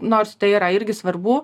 nors tai yra irgi svarbu